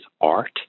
art